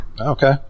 Okay